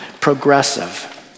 progressive